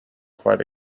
quite